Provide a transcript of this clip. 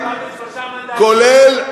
כולל,